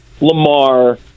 Lamar